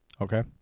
Okay